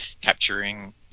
capturing